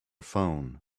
phone